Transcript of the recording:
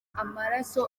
amaraso